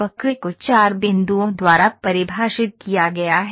वक्र को 4 बिंदुओं द्वारा परिभाषित किया गया है